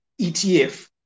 ETF